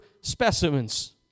specimens